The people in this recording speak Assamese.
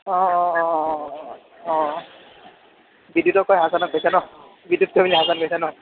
অঁ অঁ অঁ অঁ অঁ অঁ অঁ বিদ্যুতকে হাছানক কৈছা ন বিদ্যুৎ হাছান কৈছা ন